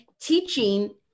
teaching